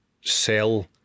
sell